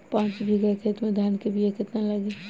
पाँच बिगहा खेत में धान के बिया केतना लागी?